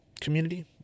community